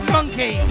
Monkey